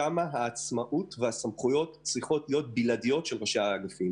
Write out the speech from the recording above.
שם העצמאות צריכה להיות של ראשי האגפים